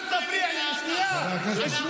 אל תפריע לי, שנייה.